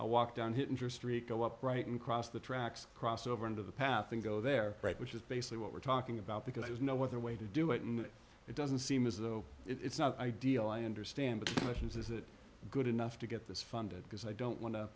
i walk down hit enter street go up right and cross the tracks crossed over into the path and go there right which is basically what we're talking about because there's no other way to do it and it doesn't seem as though it's not ideal i understand but much is that good enough to get this funded because i don't want to